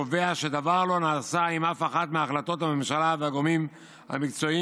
קובע שדבר לא נעשה עם אף אחת מההחלטות של הממשלה והגורמים המקצועיים